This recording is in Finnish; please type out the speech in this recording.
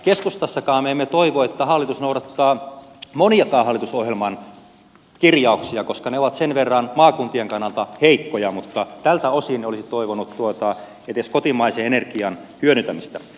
keskustassakaan me emme toivo että hallitus noudattaa moniakaan hallitusohjelman kirjauksia koska ne ovat sen verran maakuntien kannalta heikkoja mutta tältä osin olisi toivonut edes kotimaisen energian hyödyntämistä